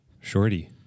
Shorty